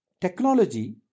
technology